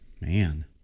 Man